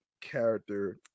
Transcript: character